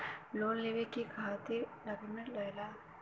Loan लेवे के का डॉक्यूमेंट लागेला?